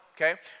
Okay